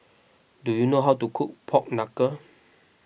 do you know how to cook Pork Knuckle